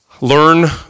Learn